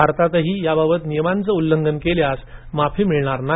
भारतातही या बाबत नियमांचे उल्लंघन केल्यास माफी मिळणार नाही